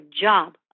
job